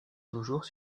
toujours